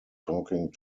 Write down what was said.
talking